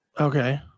okay